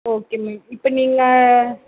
okay ma'am இப்போ நீங்கள்